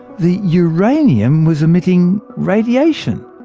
the uranium was emitting radiation.